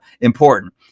important